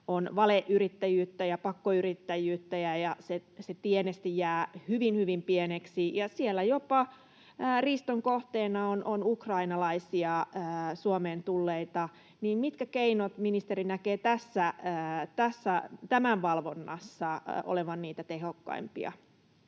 on valeyrittäjyyttä ja pakkoyrittäjyyttä, ja se tienesti jää hyvin, hyvin pieneksi, ja siellä riiston kohteena on jopa Suomeen tulleita ukrainalaisia. Minkä keinojen ministeri näkee tämän valvonnassa olevan niitä tehokkaimpia?